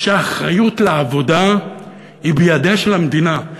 שהאחריות לעבודה היא בידיה של המדינה.